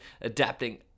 adapting